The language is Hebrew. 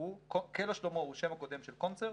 'קלע שלמה' הוא השם הקודם של 'קונצרט'